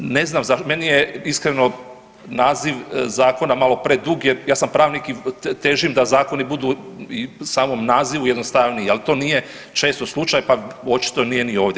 Ne znam zašto, meni je iskreno naziv zakona malo predug jer ja sam pravnik i težim da zakoni budu i u samom nazivu jednostavniji, al to nije često slučaj, pa očito nije ni ovdje.